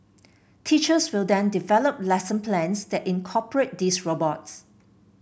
teachers will then develop lesson plans that incorporate these robots